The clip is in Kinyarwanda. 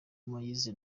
moise